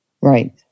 Right